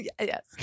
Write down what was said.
Yes